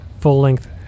full-length